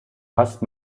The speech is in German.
hast